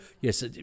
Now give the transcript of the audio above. yes